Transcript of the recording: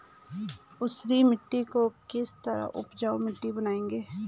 ऊसर मिट्टी को किस तरह उपजाऊ मिट्टी बनाएंगे?